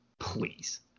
Please